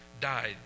died